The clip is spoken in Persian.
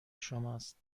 شماست